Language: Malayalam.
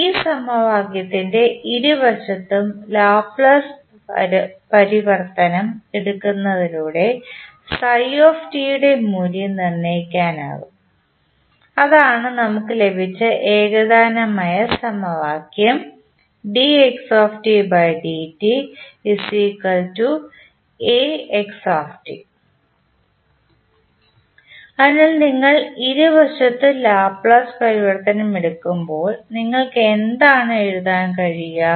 ഈ സമവാക്യത്തിൻറെ ഇരുവശത്തും ലാപ്ലേസ് പരിവർത്തനം എടുക്കുന്നതിലൂടെ യുടെ മൂല്യം നിർണ്ണയിക്കാനാകും അതാണ് നമുക്ക് ലഭിച്ച ഏകതാനമായ സമവാക്യം അതിനാൽ നിങ്ങൾ ഇരുവശത്തും ലാപ്ലേസ് പരിവർത്തനം എടുക്കുമ്പോൾ നിങ്ങൾക്ക് എന്താണ് എഴുതാൻ കഴിയുക